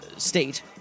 state